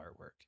artwork